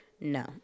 No